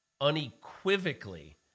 unequivocally